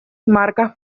marcas